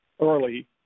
early